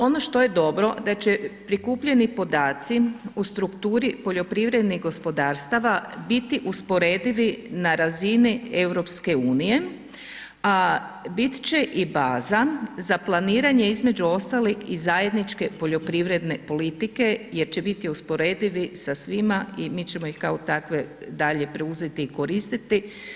Ono što je dobro da će prikupljeni podaci u strukturi poljoprivrednih gospodarstava biti usporedivi na razini EU a biti će i baza za planiranje između ostalog i zajedničke poljoprivredne politike jer će biti usporedivi sa svima i mi ćemo ih kao takve dalje preuzeti i koristiti.